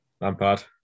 Lampard